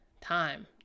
time